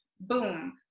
boom